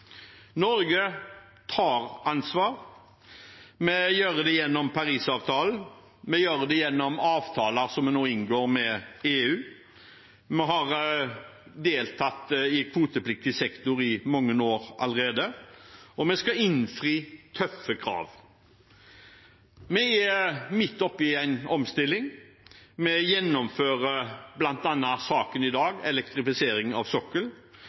tar ansvar. Vi gjør det gjennom Parisavtalen, vi gjør det gjennom avtaler vi nå inngår med EU, vi har deltatt i kvotepliktig sektor i mange år allerede, og vi skal innfri tøffe krav. Vi er midt oppe i en omstilling. Vi gjennomfører, bl.a. saken i dag, elektrifisering av sokkelen.